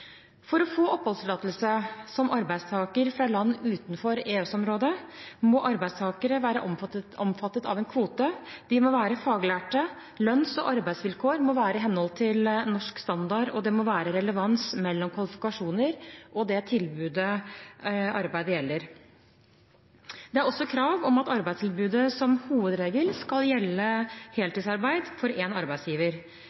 For å få oppholdstillatelse som arbeidstaker fra land utenfor EØS-området, må arbeidstakerne være omfattet av en kvote, de må være faglærte, lønns- og arbeidsvilkår må være i henhold til norsk standard, og det må være relevans mellom kvalifikasjoner og det tilbudte arbeidet. Det er også krav om at arbeidstilbudet som hovedregel skal gjelde